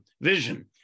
vision